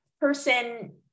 person